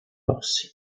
rossi